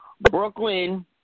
Brooklyn –